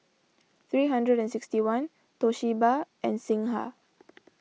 three hundred and sixty one Toshiba and Singha